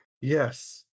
Yes